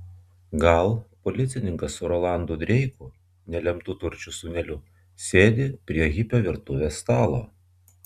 gal policininkas su rolandu dreiku nelemtu turčių sūneliu sėdi prie hipio virtuvės stalo